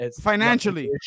financially